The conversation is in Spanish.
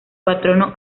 patrono